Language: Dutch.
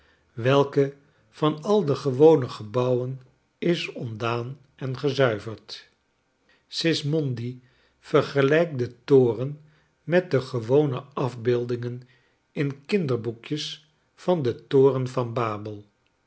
welke van al de gewone gebouwen is ontdaan en gezuiverd sismondi vergelijkt den toren met de gewone afbeeldmgen in kinderboekjes van den toren van babel